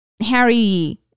Harry